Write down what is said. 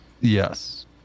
Yes